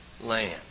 land